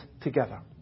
together